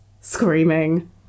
screaming